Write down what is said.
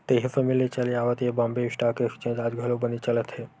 तइहा समे ले चले आवत ये बॉम्बे स्टॉक एक्सचेंज आज घलो बनेच चलत हे